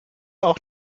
auch